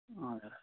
हजुर